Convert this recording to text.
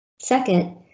Second